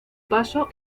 paso